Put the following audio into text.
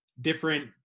different